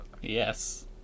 Yes